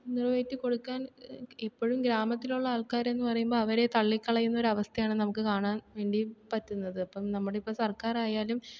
നിറവേറ്റി കൊടുക്കാൻ ഇപ്പഴും ഗ്രാമത്തിലുള്ള ആൾക്കാരെന്ന് പറയുമ്പം അവരെ തള്ളിക്കളയുന്ന ഒരു അവസ്ഥയാണ് നമുക്ക് കാണാൻ വേണ്ടി പറ്റുന്നത് ഇപ്പം നമ്മുടെ ഇപ്പം സർക്കാരായാലും